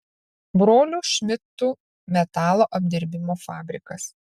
brolių šmidtų metalo apdirbimo fabrikas